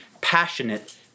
passionate